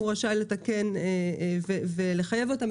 הוא רשאי לתקן ולחייב אותם.